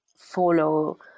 follow